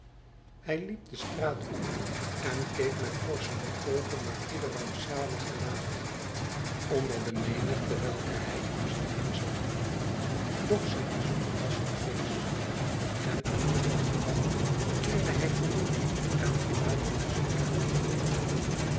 hij liep de straat op en keek met vorschende oogen naar ieder rampzalig gelaat onder de menigte welke hij om zich heen zag doch zijn zoeken was vergeefs en toen de nacht kwam keerde hij vermoeid en verlaten naar zijn kamer terug